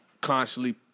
Constantly